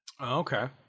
Okay